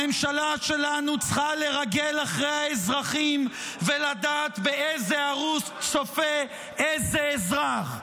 הממשלה שלנו צריכה לרגל אחרי האזרחים ולדעת באיזה ערוץ צופה איזה אזרח.